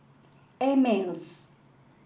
Ameltz